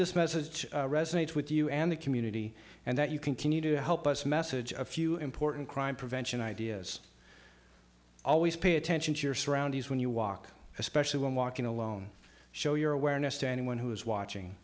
this message resonates with you and the community and that you continue to help us message of few important crime prevention ideas always pay attention to your surroundings when you walk especially when walking alone show your awareness to anyone who is watching